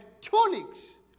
tunics